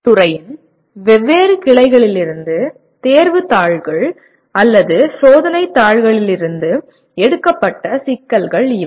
பொறியியல் துறையின் பல்வேறு கிளைகளிலிருந்து தேர்வுத் தாள்கள் அல்லது சோதனைத் தாள்களிலிருந்து எடுக்கப்பட்ட சிக்கல்கள் இவை